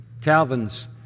Calvin's